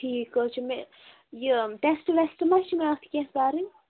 ٹھیٖک حظ چھُ مےٚ یہِ ٹیشٹہٕ ویشٹہٕ ما چھِ مےٚ اَتھ کیٚنٛہہ کَرٕنۍ